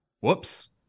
Whoops